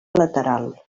lateral